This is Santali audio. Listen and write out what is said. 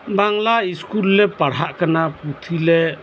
ᱵᱟᱝᱞᱟ ᱤᱥᱠᱩᱞ ᱨᱮᱞᱮ ᱯᱟᱲᱦᱟᱜ ᱠᱟᱱᱟ ᱯᱩᱸᱛᱷᱤᱞᱮ